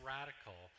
Radical